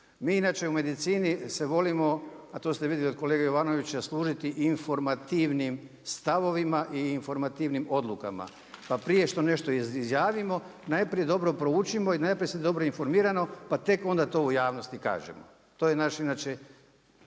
Mi inače u medicini se volimo, a to ste vidjeli od kolege Jovanovića, služiti informativnim stavovima i informativnim odlukama. Pa prije što nešto izjavimo, najprije dobro proučimo i najprije se dobro informiramo, pa onda tek onda to u javnosti kažemo. To je naš inače